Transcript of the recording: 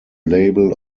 label